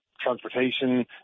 transportation